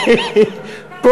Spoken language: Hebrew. פה, נסים, קניתי.